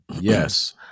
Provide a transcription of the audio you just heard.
yes